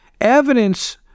evidence